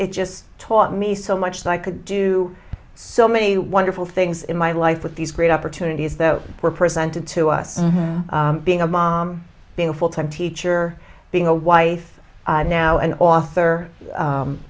it just taught me so much that i could do so many wonderful things in my life with these great opportunities that were presented to us being a mom being a full time teacher being a wife and now an author